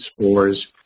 spores